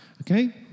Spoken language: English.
Okay